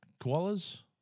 koalas